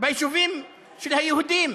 ביישובים של היהודים.